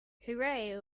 hooray